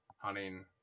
hunting